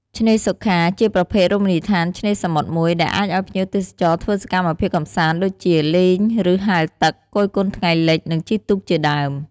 ឆ្នេរសុខា ជាប្រភេទរមណីយដ្ខានឆ្នេរសមុទ្រមួយ ដែលអាចឲ្យភ្ញៀវទេសចរធ្វើសកម្មភាពកំសាន្តដូចជា លេងឬហែលទឹក, គយគន់ថ្ងៃលិច និងជិះទូកជាដើម។